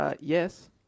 Yes